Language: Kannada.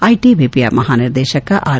ಐಟಿ ಬಿಪಿಯ ಮಹಾನಿರ್ದೇಶಕ ಆರ್